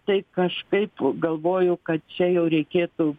tai kažkaip galvoju kad čia jau reikėtų